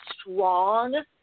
strong